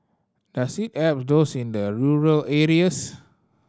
does it help those in the rural areas